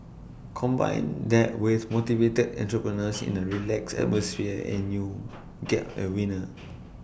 combine that with motivated entrepreneurs in A relaxed atmosphere and you got A winner